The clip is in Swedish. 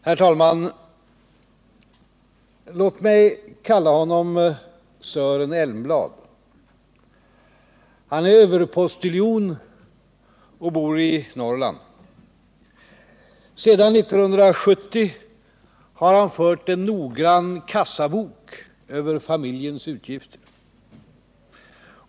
Herr talman! Låt mig kalla honom Sören Elmblad. Han är överpostiljon och bor i Norrland. Sedan 1970 har han fört en noggrann kassabok över familjens utgifter.